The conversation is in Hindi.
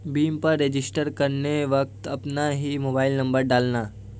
भीम पर रजिस्टर करते वक्त अपना ही मोबाईल नंबर डालना